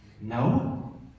No